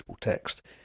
text